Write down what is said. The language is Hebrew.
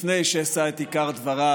לפני שאשא את עיקר דבריי,